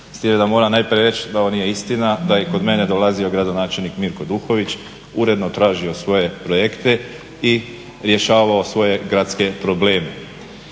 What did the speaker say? S time da moram najprije reći da ovo nije istina. Da je i kod mene dolazio gradonačelnik Mirko … /Govornik se ne razumije./… i uredno tražio svoje projekte i rješavao svoje gradske probleme.